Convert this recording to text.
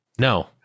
no